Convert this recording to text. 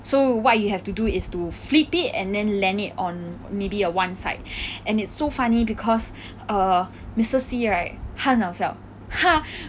so what you have to do is to flip it and then land on maybe err one side and it's so funny because err mister see right 他很好笑他